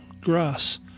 grass